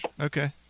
okay